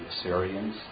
Assyrians